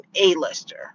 A-lister